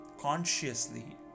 consciously